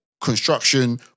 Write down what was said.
Construction